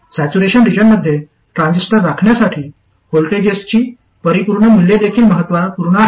saturation रिजनमध्ये transistor राखण्यासाठी व्होल्टेजेसची परिपूर्ण मूल्ये देखील महत्त्वपूर्ण आहेत